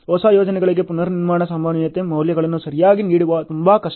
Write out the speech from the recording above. ಹೊಸ ಯೋಜನೆಗಳಿಗೆ ಪುನರ್ನಿರ್ಮಾಣ ಸಂಭವನೀಯತೆ ಮೌಲ್ಯಗಳನ್ನು ಸರಿಯಾಗಿ ನೀಡುವುದು ತುಂಬಾ ಕಷ್ಟ